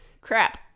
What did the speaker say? crap